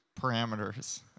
parameters